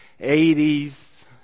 80s